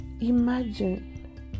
imagine